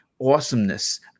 awesomeness